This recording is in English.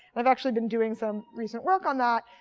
i've actually been doing some recent work on that.